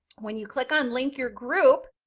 when you click on, link your group,